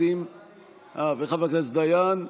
חבר הכנסת דיין,